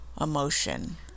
emotion